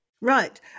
Right